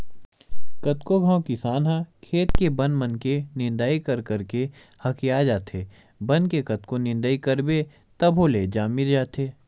कतको घांव किसान ह खेत के बन मन के निंदई कर करके हकिया जाथे, बन के कतको निंदई करबे तभो ले जामी जाथे